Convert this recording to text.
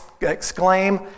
exclaim